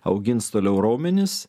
augins toliau raumenis